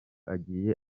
agiye